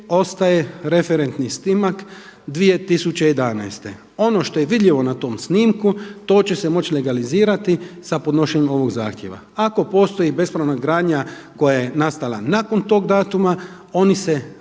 ostaje referentni snimak 2011. Ono što je vidljivo na tom snimku to će se moći legalizirati sa podnošenjem ovoga zahtjeva. Ako postoji bespravna gradnja koja je nastala nakon tog datuma ona se neće